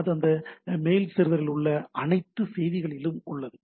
அது அந்த மெயில் சர்வரில் உள்ள அனைத்து செய்திகளிலிலும் உள்ளது